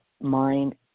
mind